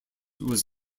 was